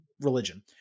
religion